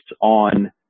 on